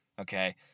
Okay